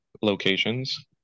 locations